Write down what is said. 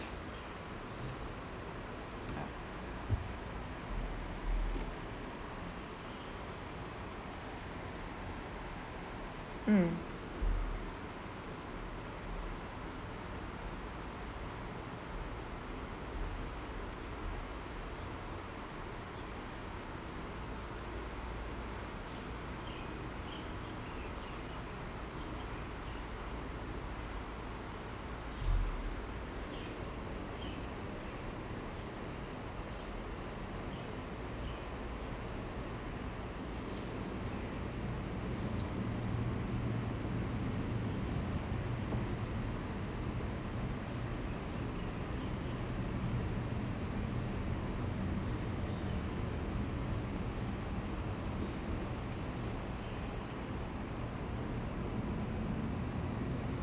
mm